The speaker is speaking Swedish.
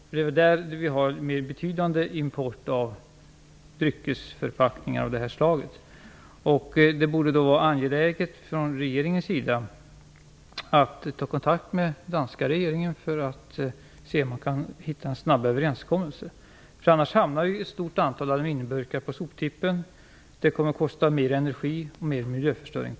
Det är väl därifrån vi har en mera betydande import av dryckesförpackningar av nämnda slag. Det borde därför vara angeläget för regeringen att ta kontakt med den danska regeringen för att se om det går att finna fram till en snabb överenskommelse, för annars hamnar ett stort antal aluminiumburkar på soptippen. På det sättet kostar det här mera i form av energi och miljöförstöring.